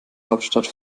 hauptstadt